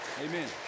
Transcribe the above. Amen